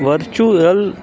virtual